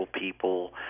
people